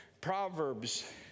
Proverbs